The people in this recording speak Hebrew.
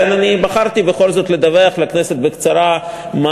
לכן בחרתי בכל זאת לדווח לכנסת בקצרה מה